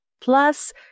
plus